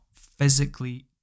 physically